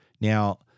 Now